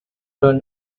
run